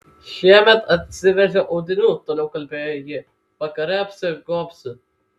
šiemet atsivežiau audinių toliau kalbėjo ji vakare apsigobsiu